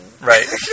Right